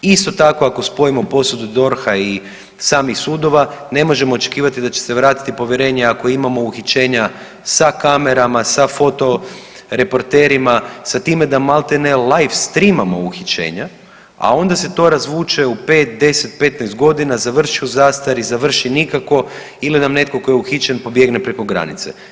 Isto tako, ako spojimo posudu DORH-a i samih sudova ne možemo očekivati da će se vratiti povjerenje ako imamo uhićenja sa kamerama, sa foto reporterima, sa time da male ne live stream-amo uhićenja, a onda se to razvuče u 5, 10, 15 godina završi u zastari, završi nikako ili nam netko tko je uhićen pobjegne preko granice.